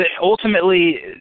Ultimately